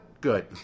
Good